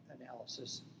analysis